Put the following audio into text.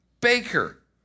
baker